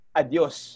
adios